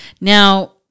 Now